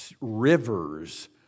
rivers